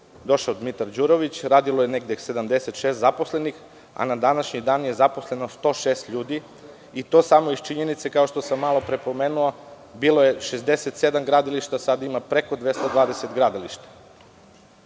došao Dmitar Đurović, radilo je 76 zaposlenih, a na današnji dan je zaposleno 106 ljudi i to samo iz činjenice, kao što sam malopre pomenuo, bilo je 67 gradilišta, sada ima preko 220 gradilišta. Ovo